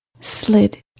slid